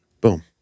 Boom